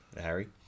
Harry